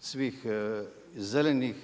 svih zelenih